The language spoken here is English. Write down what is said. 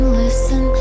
listen